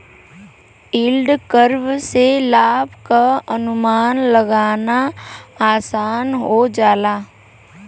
yield curve से लाभ क अनुमान लगाना आसान हो जाला